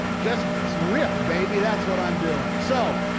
just riff, baby. that's what i'm doing. so,